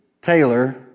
Taylor